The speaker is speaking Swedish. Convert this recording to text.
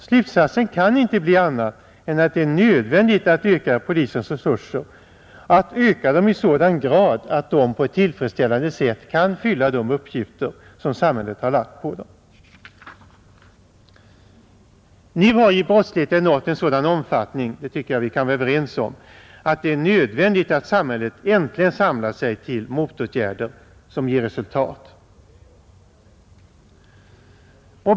Slutsatsen kan inte bli annan än att det är nödvändigt att öka polisväsendets resurser i sådan grad att det på ett tillfredsställande sätt kan fylla de uppgifter som samhället har lagt på det. Nu har ju brottsligheten nått en sådan omfattning — det tycker jag vi kan vara överens om — att det är nödvändigt att samhället äntligen samlar sig till motåtgärder som ger resultat.